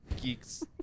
Geeks